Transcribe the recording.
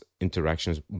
interactions